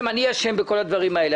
אני אשם בכל הדברים האלה.